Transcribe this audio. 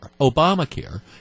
Obamacare